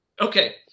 Okay